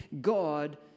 God